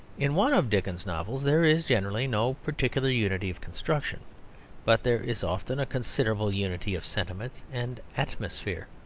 in one of dickens's novels there is generally no particular unity of construction but there is often a considerable unity of sentiment and atmosphere.